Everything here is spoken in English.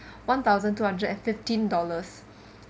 one thousand two hundred and fifteen dollars